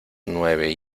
nueve